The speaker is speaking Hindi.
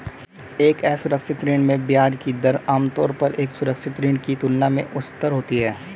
एक असुरक्षित ऋण में ब्याज की दर आमतौर पर एक सुरक्षित ऋण की तुलना में उच्चतर होती है?